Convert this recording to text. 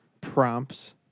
prompts